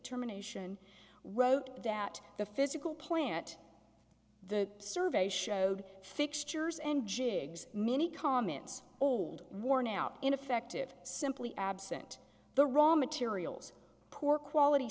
termination wrote that the physical plant the survey showed fixtures and jigs many comments old worn out ineffective simply absent the raw materials poor quality